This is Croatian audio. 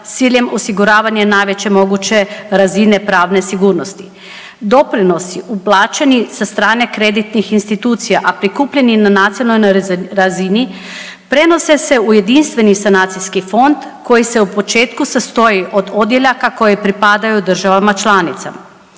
s ciljem osiguravanja najveće moguće razine pravne sigurnosti. Doprinosi uplaćeni sa strane kreditnih institucija, a prikupljeni na nacionalnoj razini prenose se u jedinstveni sanacijski fond koji se u početku sastoji od odjeljaka koji pripadaju državama članicama.